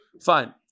Fine